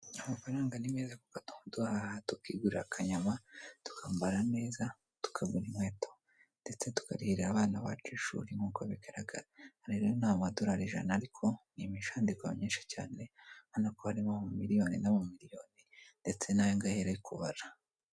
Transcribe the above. Amafaranga ni meza kuko atuma duhaha tukigura akanyama, tukambara neza, tukagura inkweto ndetse tukarihira abana bacu ishuri, nk'uko bigaragara, aya rero ni amadorari ijana ariko ni imishandiko myinshi cyane ubona ko harimo amamiliyoni n'amamiliyoni ndetse n'aya ngaya yari ari kubara.